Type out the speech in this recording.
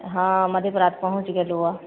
हँ मधेपुरा तऽ पहुँच गेलहुॅं